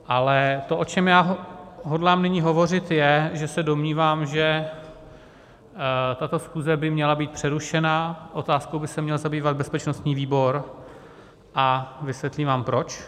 Ale to, o čem já hodlám nyní hovořit, je, že se domnívám, že tato schůze by měla být přerušena, otázkou by se měl zabývat bezpečnostní výbor a vysvětlím vám proč.